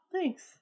thanks